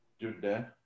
Jude